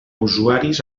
usuaris